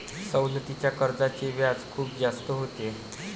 सवलतीच्या कर्जाचे व्याज खूप जास्त होते